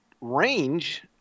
range